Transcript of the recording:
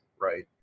right